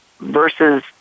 versus